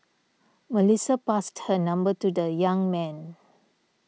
Melissa passed her number to the young man